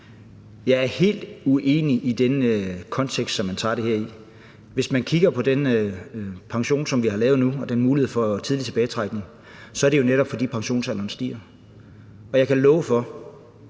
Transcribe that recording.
Jeg er helt uenig i den kontekst, som man tager det her i. Hvis man kigger på den pension, som vi har lavet nu, og den mulighed for tidlig tilbagetrækning, er det jo, netop fordi pensionsalderen stiger, og jeg kan love for,